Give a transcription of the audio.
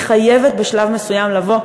היא חייבת בשלב מסוים לבוא,